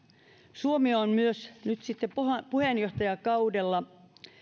suomi on myös nyt sitten puheenjohtajakaudellaan